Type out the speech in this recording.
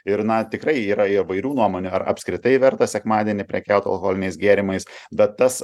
ir na tikrai yra įvairių nuomonių ar apskritai verta sekmadienį prekiaut alkoholiniais gėrimais bet tas